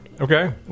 Okay